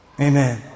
Amen